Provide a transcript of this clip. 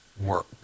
work